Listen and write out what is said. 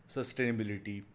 Sustainability